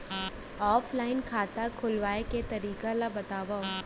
Offline खाता खोलवाय के तरीका ल बतावव?